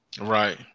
Right